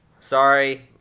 Sorry